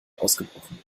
ausgebrochen